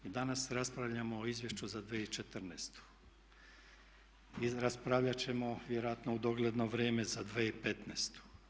Danas raspravljamo o Izvješću za 2014. i raspravljat ćemo vjerojatno u dogledno vrijeme za 2015.